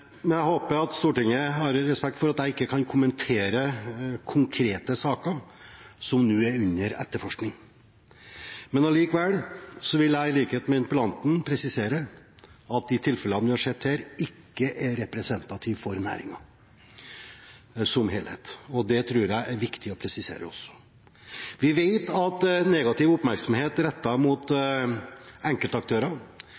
men likevel vil jeg i likhet med interpellanten presisere at de tilfellene vi har sett her, ikke er representative for næringen som helhet. Det tror jeg er viktig å presisere. Vi vet at negativ oppmerksomhet rettet mot